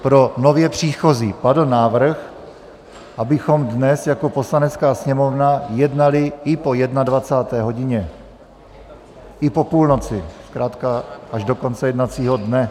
Pro nově příchozí: padl návrh, abychom dnes jako Poslanecká sněmovna jednali i po jednadvacáté hodině, i po půlnoci, zkrátka až do konce jednacího dne.